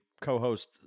co-host